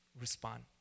respond